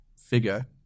figure